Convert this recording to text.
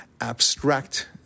abstract